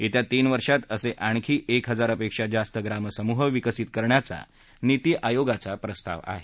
येत्या तीन वर्षात असे आणखी एक हजारापेक्षा जास्त ग्रामसमूह विकसित करण्याचा नीती आयोगाचा प्रस्ताव आहे